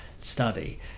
study